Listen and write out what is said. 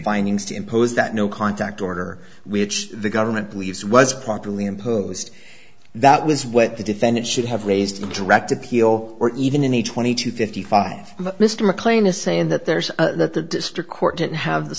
findings to impose that no contact order which the government believes was properly imposed that was what the defendant should have raised in direct appeal or even in the twenty two fifty five mr mclean is saying that there's that the district court didn't have the